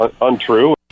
untrue